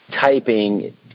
typing